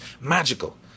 Magical